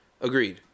Agreed